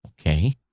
okay